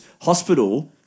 hospital –